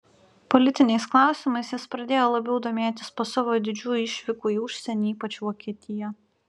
politiniais klausimais jis pradėjo labiau domėtis po savo didžiųjų išvykų į užsienį ypač vokietiją